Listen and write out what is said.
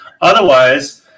Otherwise